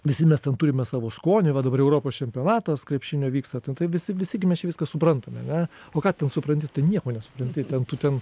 visi mes ten turime savo skonį va dabar jau europos čempionatas krepšinio vyksta ten tai visi visi gi mes čia viską suprantame ane o ką tu ten supranti tu nieko nesupranti ten tu ten